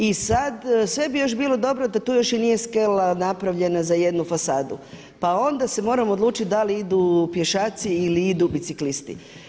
I sada, sve bi još bilo dobro da tu još i nije skela napravljena za jednu fasadu pa onda se moramo odlučiti da li idu pješaci ili idu biciklisti.